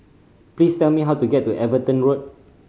please tell me how to get to Everton Road